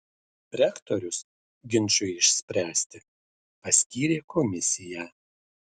rektorius ginčui išspręsti paskyrė komisiją